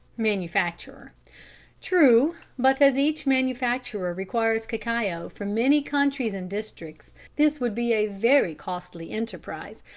manufacturer true, but as each manufacturer requires cacao from many countries and districts, this would be a very costly enterprise.